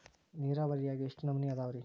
ನೇರಾವರಿಯಾಗ ಎಷ್ಟ ನಮೂನಿ ಅದಾವ್ರೇ?